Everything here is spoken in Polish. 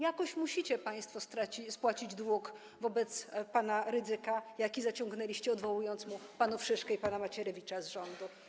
Jakoś musicie państwo spłacić dług wobec pana Rydzyka, jaki zaciągnęliście, odwołując mu pana Szyszko i pana Macierewicza z rządu.